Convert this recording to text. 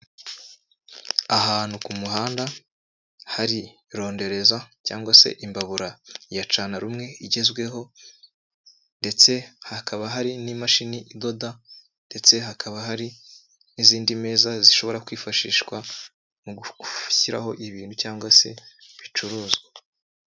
ahantu ku muhanda hari rondereza cyangwa se imbaburayacana rumwe igezweho ndetse hakaba hari n'imashini idoda, ndetse hakaba hari n'izindi meza zishobora kwifashishwa mu gushyiraho ibintu cyangwa se ibicuruzwa.